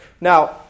Now